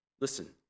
Listen